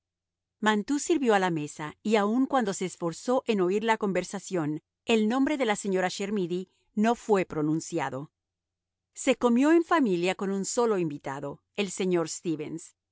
mantoux sirvió a la mesa y aun cuando se esforzó en oír la conversación el nombre de la señora chermidy no fue pronunciado se comió en familia con un solo invitado el señor stevens